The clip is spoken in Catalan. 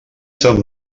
sant